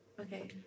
okay